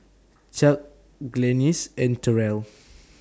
Chuck Glennis and Terrell